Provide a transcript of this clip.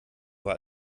war